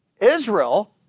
Israel